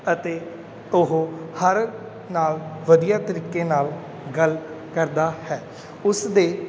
ਅਤੇ ਉਹ ਹਰ ਨਾਲ ਵਧੀਆ ਤਰੀਕੇ ਨਾਲ ਗੱਲ ਕਰਦਾ ਹੈ ਉਸ ਦੇ